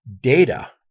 data